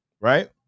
Right